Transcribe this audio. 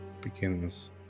begins